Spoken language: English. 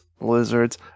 lizards